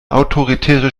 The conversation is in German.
autoritäre